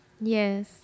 Yes